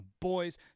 boys